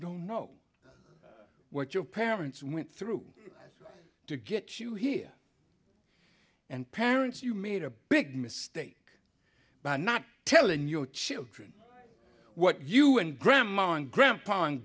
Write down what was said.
don't know what your parents went through to get you here and parents you made a big mistake by not telling your children what you and grandma and grandpa and